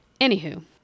Anywho